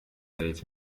welt